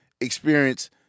experience